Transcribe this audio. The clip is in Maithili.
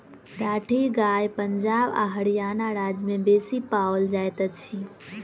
राठी गाय पंजाब आ हरयाणा राज्य में बेसी पाओल जाइत अछि